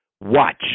watch